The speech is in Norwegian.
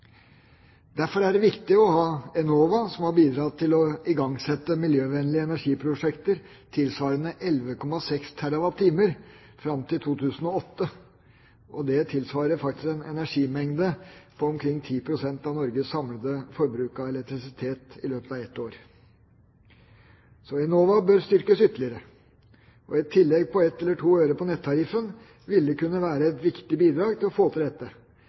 Derfor er det viktig å ha Enova, som har bidratt til å igangsette miljøvennlige energiprosjekter tilsvarende 11,6 TWh fram til og med 2008. Det tilsvarer faktisk en energimengde på omkring 10 pst. av Norges samlede forbruk av elektrisitet i løpet av et år. Så Enova bør styrkes ytterligere. Et tillegg på en eller to øre på nettariffen ville kunne være et viktig bidrag for å få til dette